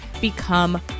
Become